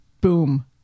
boom